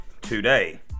today